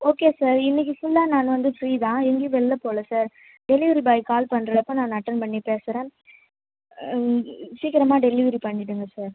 okay sir இன்னக்கு ஃபுல்லாக நான் வந்து ஃப்ரீ தான் எங்கேயும் வெளில போல் சார் டெலிவரி பாய் கால் பண்றப்போ நான் அட்டன்ட் பண்ணிப் பேசுகிறேன் சீக்கிரமாக டெலிவரி பண்ணிவிடுங்க சார்